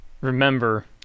remember